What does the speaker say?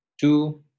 two